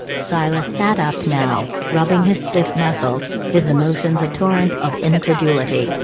silas sat up now, rubbing his stiff muscles, his emotions a torrent of incredulity,